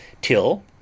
till